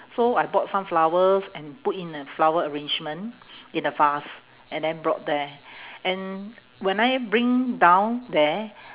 so I bought some flowers and put in a flower arrangement in a vase and then brought there and when I bring down there